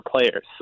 players